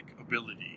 ability